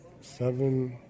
Seven